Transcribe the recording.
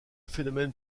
phénomène